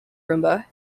rumba